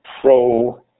pro